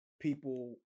people